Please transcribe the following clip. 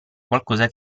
qualcosa